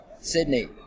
sydney